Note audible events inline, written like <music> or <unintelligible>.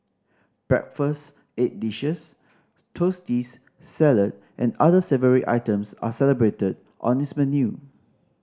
breakfast egg dishes toasty <unintelligible> salad and other savoury items are celebrated on its menu